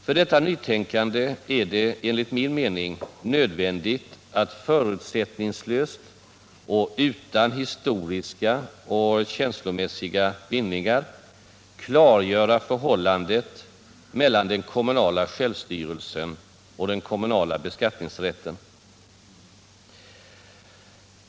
För detta nytänkande är det enligt min mening nödvändigt att förutsättningslöst och utan historiska och känslomässiga bindningar klargöra förhållandet mellan den kommunala självstyrelsen och den kommunala beskattningsrätten.